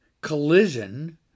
collision